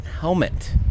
helmet